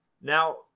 Now